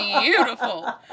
beautiful